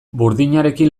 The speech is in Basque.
burdinarekin